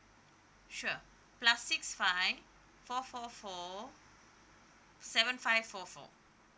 sure plus six five four four four seven five four four